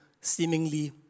seemingly